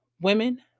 women